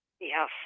Yes